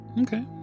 Okay